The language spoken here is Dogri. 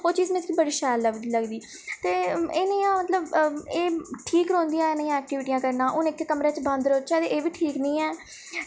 ओह् चीज मिकी बड़ी शैल लबदी लगदी ते एह् निं ऐ मतलब एह् ठीक रौंह्दियां इयै नेहियां एक्टिविटियां करना हून इक कमरे च बंद रौह्चै ते एह् बीं ठीक नि ऐ ते